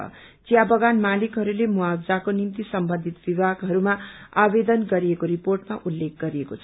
ाचिया बगान मालिहरूले मुवावजाको निम्ति सम्बन्धित विभागहरूमा आवेदन गरिएको रिर्पोटमा उल्लेख गरिएको छ